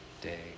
day